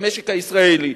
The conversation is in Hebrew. במשק הישראלי,